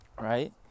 Right